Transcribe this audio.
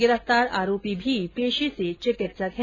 गिरफ्तार आरोपी भी पेशे से चिकित्सक है